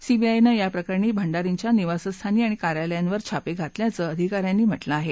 सीबीआयनं या प्रकरणी भंडारींच्या निवास स्थानी आणि कार्यालयांवर छापे घातल्याचं अधिका यांनी म्हटलं आहे